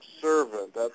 servant